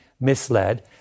misled